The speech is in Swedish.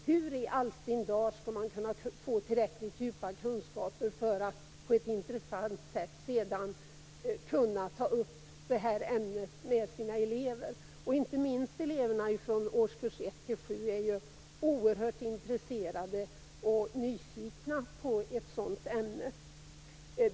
Hur i all sin dar skall man då kunna få tillräckligt djupa kunskaper för att sedan på ett intressant sätt ta upp ämnet med sina elever? Eleverna i årskurs 1-7 är oerhört intresserade och nyfikna på ett sådant ämne.